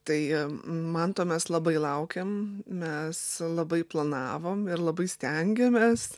tai manto mes labai laukėm mes labai planavom ir labai stengėmės